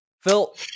Phil